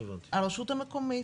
הרשות המקומית.